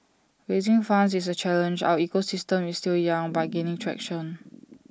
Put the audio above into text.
raising funds is A challenge our ecosystem is still young but gaining traction